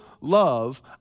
love